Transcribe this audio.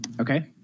Okay